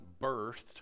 birthed